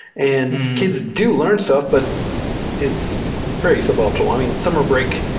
and kids do learn stuff, but it's very suboptimal. i mean, summer break,